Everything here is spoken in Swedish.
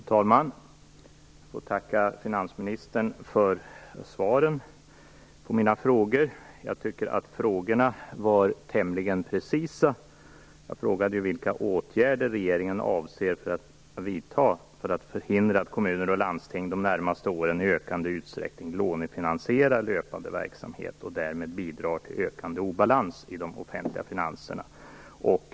Fru talman! Jag får tacka finansministern för svaren på mina frågor. Jag tycker att frågorna var tämligen precisa. Jag frågade vilka åtgärder regeringen avser att vidta för att förhindra att kommuner och landsting de närmaste åren i ökande utsträckning lånefinansierar löpande verksamhet och därmed bidrar till ökande obalans i de offentliga finanserna.